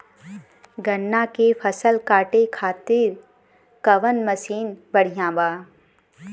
गन्ना के फसल कांटे खाती कवन मसीन बढ़ियां बा?